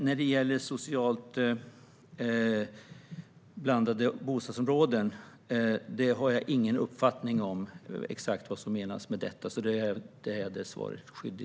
När det gäller socialt blandade bostadsområden har jag ingen uppfattning om exakt vad som menas med det. Där blir jag tyvärr svaret skyldig.